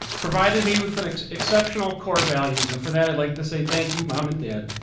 provided me with and exceptional core values. and for that i'd like to say, thank you, mom and dad.